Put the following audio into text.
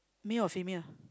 male or female